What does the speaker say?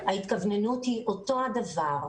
ההתכווננות היא אותו הדבר.